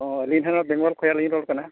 ᱦᱚᱸ ᱟᱹᱞᱤᱧ ᱦᱚᱸ ᱵᱮᱝᱜᱚᱞ ᱠᱷᱚᱭᱟᱜ ᱞᱤᱧ ᱨᱚᱲ ᱠᱟᱱᱟ